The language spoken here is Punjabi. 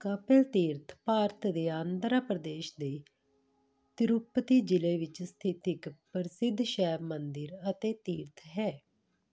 ਕਪਿਲ ਤੀਰਥ ਭਾਰਤ ਦੇ ਆਂਧਰਾ ਪ੍ਰਦੇਸ਼ ਦੇ ਤਿਰੂਪਤੀ ਜ਼ਿਲ੍ਹੇ ਵਿੱਚ ਸਥਿਤ ਇੱਕ ਪ੍ਰਸਿੱਧ ਸ਼ੈਵ ਮੰਦਰ ਅਤੇ ਤੀਰਥ ਹੈ